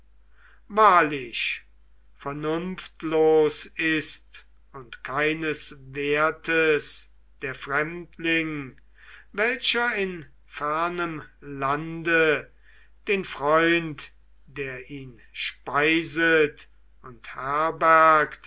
wahrlich vernunftlos ist und keines wertes der fremdling welcher in fernem lande den freund der ihn speiset und